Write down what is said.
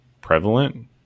prevalent